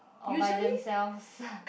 or by themselves